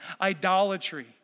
idolatry